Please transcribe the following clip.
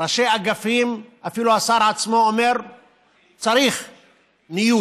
ראשי אגפים, ואפילו השר עצמו אומר שצריך ניוד.